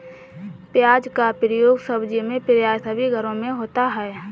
प्याज का प्रयोग सब्जी में प्राय सभी घरों में होता है